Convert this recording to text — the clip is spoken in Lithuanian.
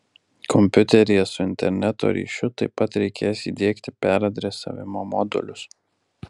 kompiuteryje su interneto ryšiu taip pat reikės įdiegti peradresavimo modulius